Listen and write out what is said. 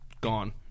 gone